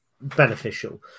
beneficial